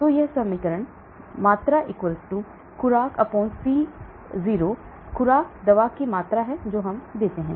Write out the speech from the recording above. तो यह समीकरण मात्रा खुराक C0 खुराक दवा की मात्रा है जो हम देते हैं